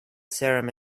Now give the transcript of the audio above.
serum